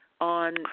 on